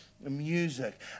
music